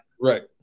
Right